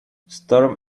storm